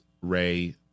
Ray